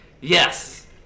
Yes